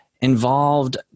involved